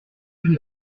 une